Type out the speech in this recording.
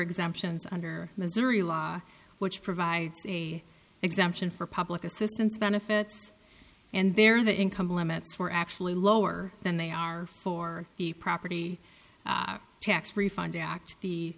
exemptions under missouri law which provides a exemption for public assistance benefits and bear the income limits were actually lower than they are for the property tax refund act the